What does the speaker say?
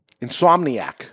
Insomniac